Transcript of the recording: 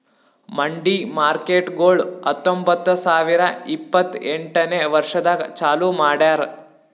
ಮಂಡಿ ಮಾರ್ಕೇಟ್ಗೊಳ್ ಹತೊಂಬತ್ತ ಸಾವಿರ ಇಪ್ಪತ್ತು ಎಂಟನೇ ವರ್ಷದಾಗ್ ಚಾಲೂ ಮಾಡ್ಯಾರ್